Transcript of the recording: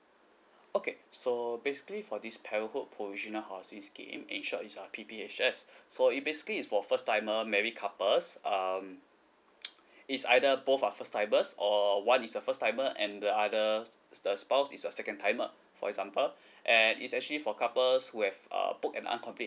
okay so basically for this parenthood provisional housing scheme in short is uh P_P_H_S so it basically is for first timer married couples um it's either both are first timers or one is a first timer and the other the spouse is a second timer for example and it's actually for couples who have err book an uncomplete